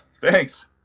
thanks